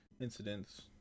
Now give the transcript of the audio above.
incidents